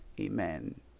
amen